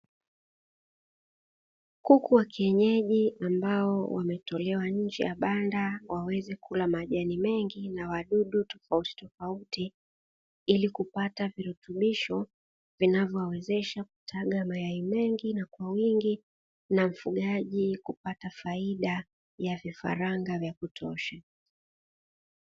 Kuku wa kienyeji ambao wametolewa nje ya banda waweze kula majani mengi na wadudu tofauti tofauti, ili kupata virutubisho vinavyo wawezesha kutaga mayai mengi na kwa wingi na mfugaji kupata faida ya vifaranga vya kutosha.